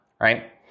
right